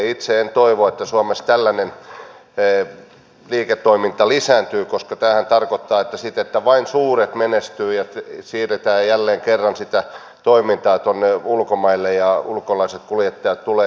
itse en toivo että suomessa tällainen liiketoiminta lisääntyy koska tämähän tarkoittaa sitten että vain suuret menestyvät ja siirretään jälleen kerran sitä toimintaa tuonne ulkomaille ja ulkolaiset kuljettajat tulevat tänne